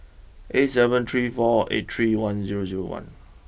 eight seven three four eight three one zero zero one